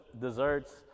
desserts